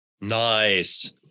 Nice